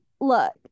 Look